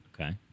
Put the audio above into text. Okay